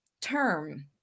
term